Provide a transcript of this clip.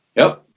yep.